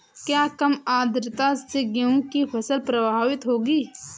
क्या कम आर्द्रता से गेहूँ की फसल प्रभावित होगी?